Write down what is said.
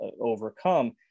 overcome